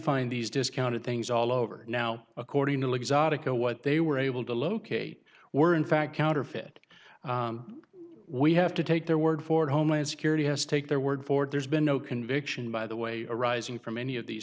find these discounted things all over now according to the exotica what they were able to locate were in fact counterfeit we have to take their word for it homeland security has take their word for it there's been no conviction by the way arising from any of these